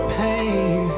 pain